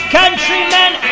countrymen